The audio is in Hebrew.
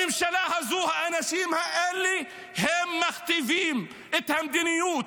בממשלה הזו האנשים האלה מכתיבים את המדיניות,